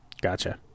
Gotcha